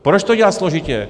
Proč to dělat složitě?